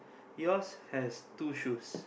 yours has two shoes